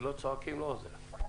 כשלא צועקים, לא עוזר.